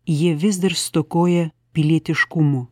jie vis dar stokoja pilietiškumo